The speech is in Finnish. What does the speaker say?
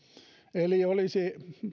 eli olisi